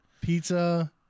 Pizza